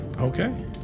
Okay